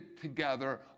together